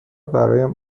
برایم